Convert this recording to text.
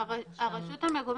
הרשות המקומית,